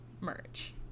merch